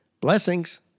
Blessings